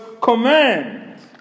command